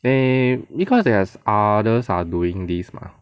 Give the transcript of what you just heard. mm because there is others are doing this mah